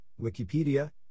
Wikipedia